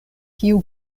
kiu